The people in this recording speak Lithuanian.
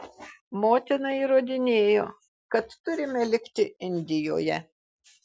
motina įrodinėjo kad turime likti indijoje